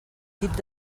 tip